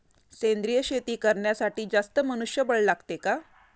सेंद्रिय शेती करण्यासाठी जास्त मनुष्यबळ लागते का?